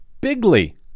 Bigly